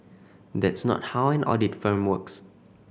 that's not how an audit firm works